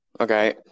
okay